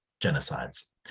genocides